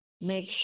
make